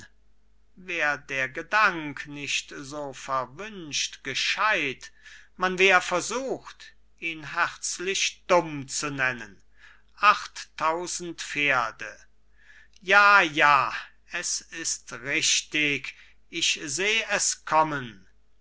wär der gedank nicht so verwünscht gescheit man wär versucht ihn herzlich dumm zu nennen achttausend pferde ja ja es ist richtig ich seh es kommen